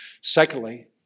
Secondly